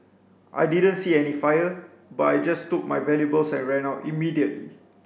I didn't see any fire but I just took my valuables and ran out immediately